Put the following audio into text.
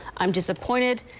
i'm disappointed,